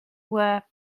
were